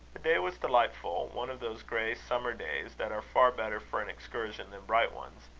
the day was delightful one of those grey summer-days, that are far better for an excursion than bright ones.